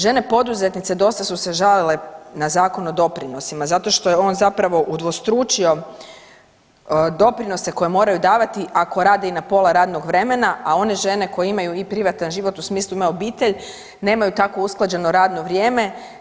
Žene poduzetnice dosta su se žalile na Zakon o doprinosima zato što je on zapravo udvostručio doprinose koje moraju davati ako rade i na pola radnog vremena, a one žene koje imaju i privatan život u smislu imaju obitelj nemaju tako usklađeno radno vrijeme.